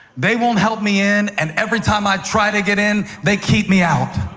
they won't help me in, and every time i try to get in they keep me out.